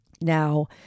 Now